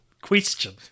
question